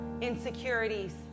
Insecurities